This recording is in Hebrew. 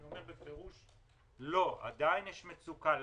אני אומר בפירוש: לא, עדיין יש מצוקה.